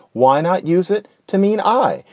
why not use it to mean i.